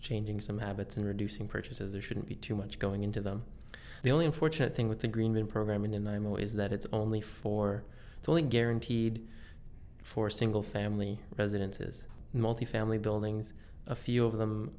changing some habits and reducing purchases there shouldn't be too much going into them the only unfortunate thing with the green program and imo is that it's only for the only guaranteed for single family residences multifamily buildings a few of them